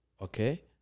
okay